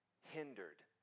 hindered